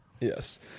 Yes